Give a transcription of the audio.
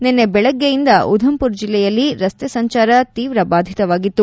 ನಿನ್ನೆ ಬೆಳಗ್ಗೆಯಿಂದ ಉಧಂಪುರ್ ಜಲ್ಲೆಯಲ್ಲಿ ರಸ್ತೆ ಸಂಚಾರ ತೀವ್ರ ಬಾಧಿತವಾಗಿತ್ತು